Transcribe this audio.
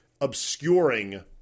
obscuring